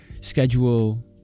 schedule